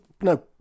No